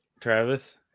Travis